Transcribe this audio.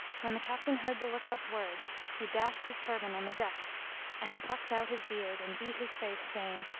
when the captain heard the look out's words he dashed his turband on the deck and plucked out his beard and beat his face saying,